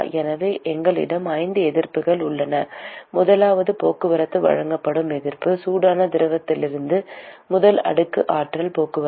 எனவே எங்களிடம் 5 எதிர்ப்புகள் உள்ளன முதலாவது போக்குவரத்துக்கு வழங்கப்படும் எதிர்ப்பு சூடான திரவத்திலிருந்து முதல் அடுக்குக்கு ஆற்றல் போக்குவரத்து